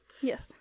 yes